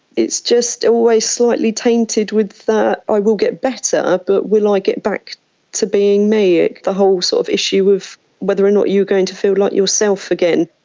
it's just always slightly tainted with that i will get better but will i get back to being me, ah the whole sort of issue with whether or not you are going to feel like yourself again.